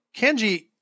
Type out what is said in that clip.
Kenji